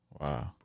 wow